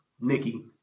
Nikki